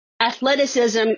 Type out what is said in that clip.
athleticism